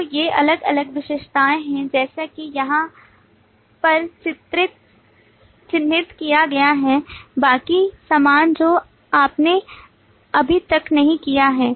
तो ये अलग अलग विशेषताएं हैं जैसा कि यहाँ पर चिह्नित किया गया है बाकी सामान जो आपने अभी तक नहीं किया है